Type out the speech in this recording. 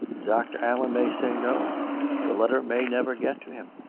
dr. allen may say no the letter may never get to him.